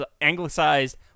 anglicized